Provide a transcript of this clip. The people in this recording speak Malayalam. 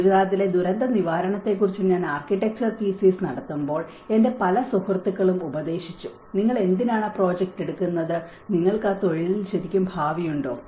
ഗുജറാത്തിലെ ദുരന്ത നിവാരണത്തെക്കുറിച്ച് ഞാൻ ആർക്കിടെക്ച്ചർ തീസിസ് നടത്തുമ്പോൾ എന്റെ പല സുഹൃത്തുക്കളും ഉപദേശിച്ചു നിങ്ങൾ എന്തിനാണ് ആ പ്രോജക്റ്റ് എടുക്കുന്നത് നിങ്ങൾക്ക് ആ തൊഴിലിൽ ശരിക്കും ഭാവിയുണ്ടോ